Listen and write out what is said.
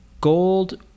gold